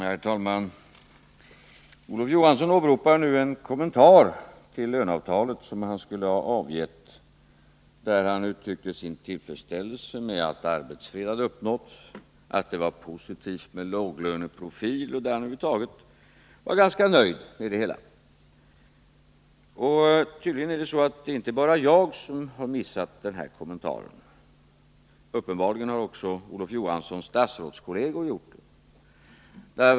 Herr talman! Olof Johansson åberopar en kommentar till löneavtalet som han skulle ha avgivit. I den hade han uttryckt sin tillfredsställelse med att arbetsfred hade uppnåtts och att en låglöneprofil hade skapats, och han hade uttalat att han över huvud taget var ganska nöjd med det hela. Tydligen är det så att det inte bara är jag som har missat den här kommentaren, utan det har också Olof Johanssons statsrådskolleger gjort.